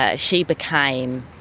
ah she became,